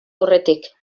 aurretik